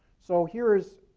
so here's